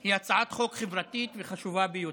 היא הצעת חוק חברתית וחשובה ביותר.